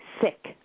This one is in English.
Sick